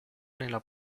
nella